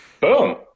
boom